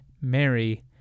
Mary